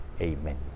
Amen